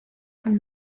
from